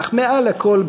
אך מעל הכול,